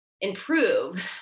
improve